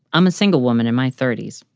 i'm a single woman in my thirties.